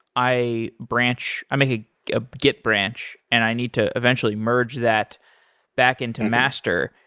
i branch i'm a ah git branch and i need to eventually merge that back into master.